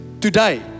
today